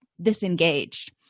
disengaged